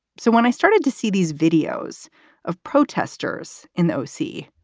so when i started to see these videos of protesters in the o c,